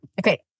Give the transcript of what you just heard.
okay